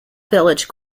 village